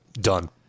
Done